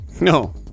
No